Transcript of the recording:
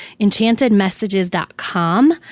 EnchantedMessages.com